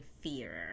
fear